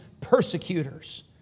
persecutors